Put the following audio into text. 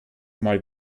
mal